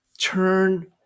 Turn